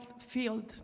field